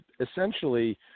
essentially